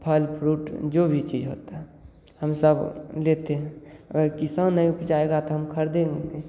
फल फ्रूट जो भी चीज़ होता है हम सब लेते हैं अगर किसान नहीं उपजाएगा तो हम खरीदेंगे